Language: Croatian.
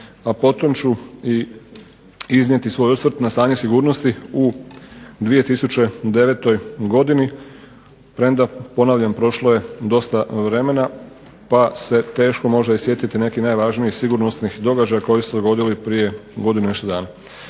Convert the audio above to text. a potom ću iznijeti svoj osvrt na stanje sigurnosti u 2009. godini. Premda ponavljam prošlo je dosta vremena, pa se teško sjetiti nekih najvažnijih sigurnosnih događaja koji su se dogodili prije godinu i nešto dana.